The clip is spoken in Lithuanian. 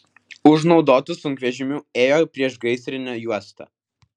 už naudotų sunkvežimių ėjo priešgaisrinė juosta